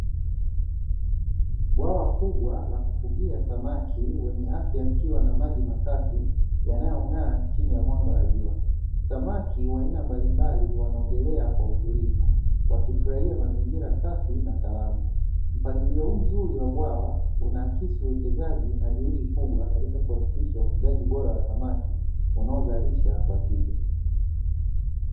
Bwawa kubwa la kufugia samaki wenye afya yakiwa na maji masafi yanayong'aa chini ya mwanga wa jua. Samaki wa aina mbalimbali wanaogelea kwa utulivu wakifurahia mazingira safi na salama. Mpangilio huu mzuri wa bwawa unaakisi uwekezaji na juhudi kubwa katika kuhakikisha ufugaji bora wa samaki unaozalisha kwa tija.